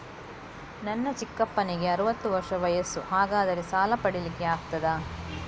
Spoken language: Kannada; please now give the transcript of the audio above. ನನ್ನ ಚಿಕ್ಕಪ್ಪನಿಗೆ ಅರವತ್ತು ವರ್ಷ ವಯಸ್ಸು, ಹಾಗಾದರೆ ಸಾಲ ಪಡೆಲಿಕ್ಕೆ ಆಗ್ತದ?